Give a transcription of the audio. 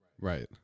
Right